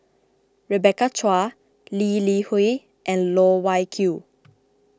Rebecca Chua Lee Li Hui and Loh Wai Kiew